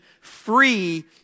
free